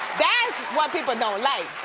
that's what people don't like.